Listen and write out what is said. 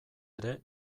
ere